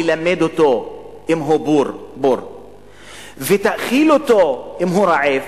ללמד אותו אם הוא בור ותאכיל אותו אם הוא רעב.